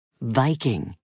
Viking